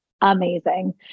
Amazing